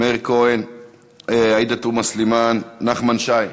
מאיר כהן, עאידה תומא סלימאן, נחמן שי,